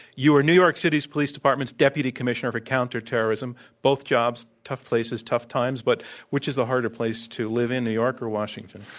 you were new york city's police department's deputy commissioner for counterterrorism. both jobs, tough places, tough times. but which is the harder place to live in, new york or washington?